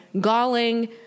galling